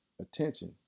attention